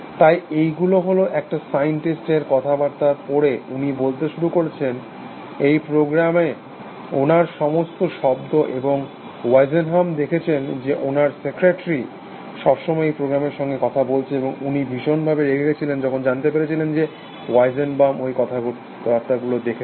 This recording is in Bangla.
তাই এইগুলো হল একটা সায়েন্টিস্ট এই কথাবার্তার পরে উনি বলতে শুরু করেছেন এই প্রোগ্রামে ওনার সমস্ত শব্দ এবং ওয়েজিনবাউম দেখেছে যে ওনার সেক্রেটারি সবসময় এই প্রোগ্রামের সঙ্গে কথা বলছে এবং উনি ভীষনভাবে রেগে গেছিলেন যখন জানতে পেরেছিলেন যে ওয়েজিনবাউম ওই কথাবার্তাগুলো দেখেছে